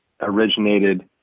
originated